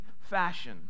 fashion